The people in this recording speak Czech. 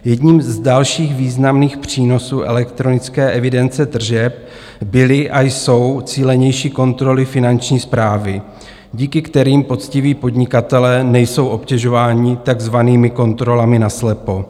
Jedním z dalších významných přínosů elektronické evidence tržeb byly a jsou cílenější kontroly Finanční správy, díky kterým poctiví podnikatelé nejsou obtěžováni takzvanými kontrolami naslepo.